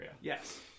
Yes